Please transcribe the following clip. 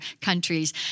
countries